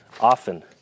often